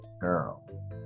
girl